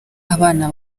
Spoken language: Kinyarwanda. abana